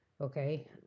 Okay